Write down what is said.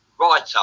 writer